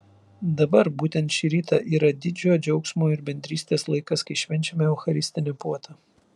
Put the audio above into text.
dabar būtent šį rytą yra didžio džiaugsmo ir bendrystės laikas kai švenčiame eucharistinę puotą